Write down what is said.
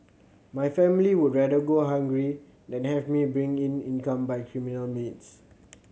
my family would rather go hungry than have me bring in income by criminal means